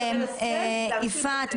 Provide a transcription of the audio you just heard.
יפעת,